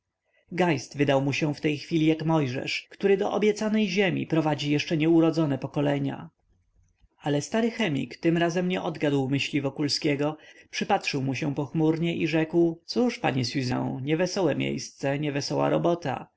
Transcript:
geist wydał mu się w tej chwili jak mojżesz który do obiecanej ziemi prowadzi jeszcze nieurodzone pokolenia ale stary chemik tym razem nie odgadł myśli wokulskiego przypatrzył mu się pochmurnie i rzekł cóż panie siuzę niewesołe miejsce niewesoła robota